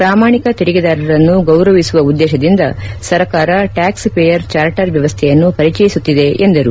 ಪ್ರಾಮಾಣಿಕ ತೆರಿಗೆದಾರರನ್ನು ಗೌರವಿಸುವ ಉದ್ದೇಶದಿಂದ ಸರ್ಕಾರ ಟ್ಯಾಕ್ಸ್ಪೇಯರ್ ಚಾರ್ಟರ್ ವ್ಯವಸ್ಥೆಯನ್ನು ಪರಿಚಯಿಸುತ್ತಿದೆ ಎಂದರು